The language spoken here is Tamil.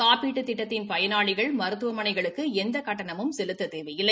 காப்பீட்டுத் திட்டத்தின் பயனாளிகள் மருத்துவமளைகளுக்கு எந்த கட்டணமும் செலுத்த தேவையில்லை